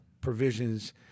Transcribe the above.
provisions